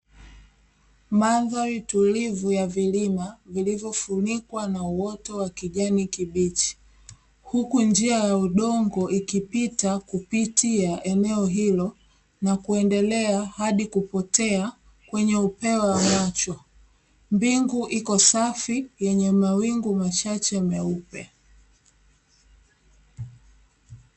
Mandhari tulivu ya vilima vilivyofunikwa na uoto wa ya kijani kibichi, huku njia ikipita kupitia eneo hilo na kuendelea hadi kupotea kwenye upeo wa macho, mbingu iko safi yenye mawingu machache meupe.